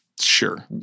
Sure